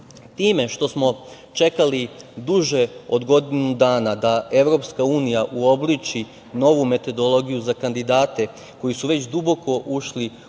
Time što smo čekali duže od godinu dana da EU uobliči novu metodologiju za kandidate koji su već duboko ušli u